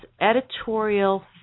editorial